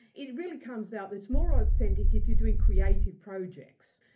it really comes out, it's more authentic if you're doing creative projects.